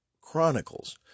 Chronicles